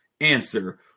answer